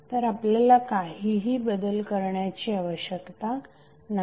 तर आपल्याला काहीही बदल करण्याची आवश्यकता नाही